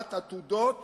להשארת עתודות